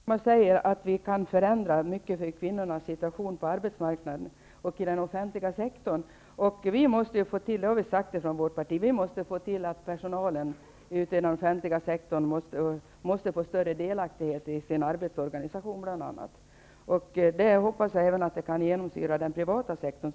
Herr talman! Det är riktigt att vi kan förändra mycket för kvinnornas situation på arbetsmarknaden och i den offentliga sektorn. Vi har från vårt parti sagt att vi måste se till att personalen ute i den offentliga sektorn får större delaktighet bl.a. i sin arbetsorganisation. Jag hoppas att detta så småningom kan genomsyra även den privata sektorn.